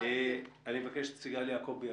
אני מבקש לשמוע את סיגל יעקבי,